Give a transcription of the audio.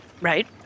Right